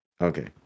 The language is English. Okay